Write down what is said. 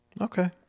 okay